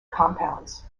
compounds